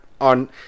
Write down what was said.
on